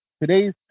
today's